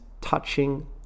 touching